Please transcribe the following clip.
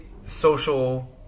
social